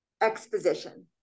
exposition